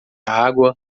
água